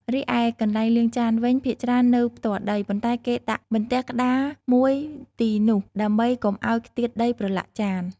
រីឯកន្លែងលាងចានវិញ ភាគច្រើននៅផ្ទាល់ដី ប៉ុន្តែគេដាក់បន្ទះក្ដារមួយទីនោះ ដើម្បីកុំឱ្យខ្ទាតដីប្រឡាក់ចាន។